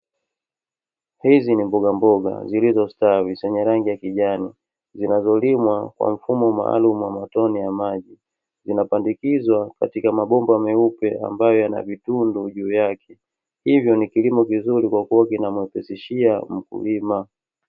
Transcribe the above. Hizi ni mbogamboga zilizostawi, zenye rangi ya kijani, zinazolimwa kwa mfumo maalum wa matone ya maji, zinapandikizwa katika mabomba meupe ambayo yana vidumu juu yake, hivyo ni kilimo kizuri kwakuwa kinamwepesishia mkulima